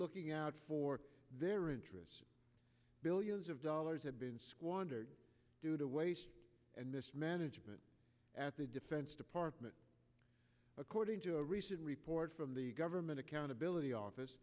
looking out for their interests billions of dollars have been squandered due to waste and mismanagement at the defense department according to a recent report from the government accountability office